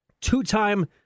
two-time